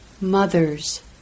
Mother's